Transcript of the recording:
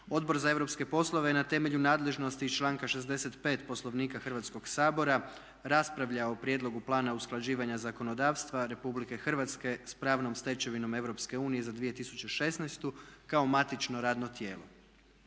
Odbor za europske poslove je na temelju nadležnosti iz članka 65. Poslovnika Hrvatskoga sabora raspravljao o prijedlogu plana usklađivanja zakonodavstva Republike Hrvatske sa pravnom stečevinom Europske unije za 2016. kao matično radno tijelo.